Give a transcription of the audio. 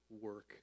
work